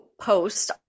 post